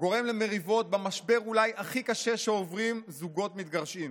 גורם למריבות ולמשבר אולי הכי קשה שעוברים זוגות מתגרשים.